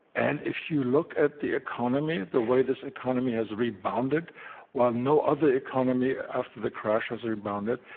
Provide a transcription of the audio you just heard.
and if you look at the economy, the way this economy has rebounded while no other economy after the crash has rebounded,